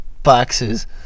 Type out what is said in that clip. boxes